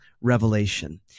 revelation